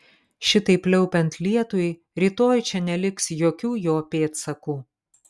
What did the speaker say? šitaip pliaupiant lietui rytoj čia neliks jokių jo pėdsakų